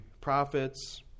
prophets